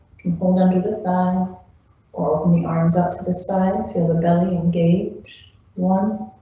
can hold under the side or open the arms out to the side. feel the belly engage one.